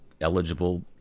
eligible